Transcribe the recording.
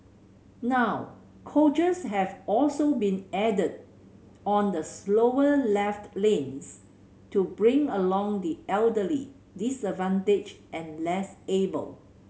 now coaches have also been added on the slower left lanes to bring along the elderly disadvantaged and less able